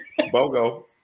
Bogo